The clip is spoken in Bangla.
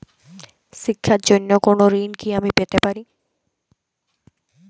শিক্ষার জন্য কোনো ঋণ কি আমি পেতে পারি?